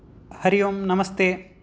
हरि ओम् नमस्ते